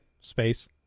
space